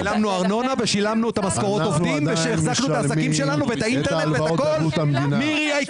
אנחנו עדיין משלמים את ההלוואות בערבות המדינה.